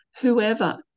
Whoever